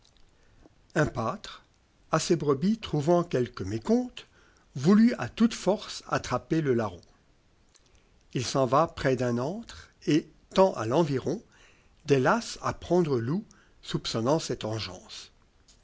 un pâtre à ses brebis trouvant quelque mécompte voulu ta toute force attraper le larron en vaprès d'un antre et tend à pcnviron des lacs à prendre loups soupçonnant celte engeance